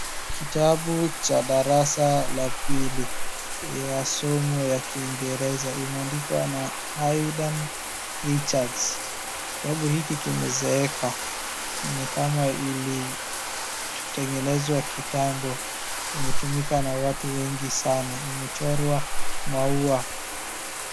Kitabu cha darasa la pili ya somo la kingereza imeadikwa na Haydn Richards. Kitabu hiki kimezeeka ,ni kama ili tengenezwa kitambo imetumika na watu wengi sana imechorwa maua.